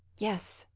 yes,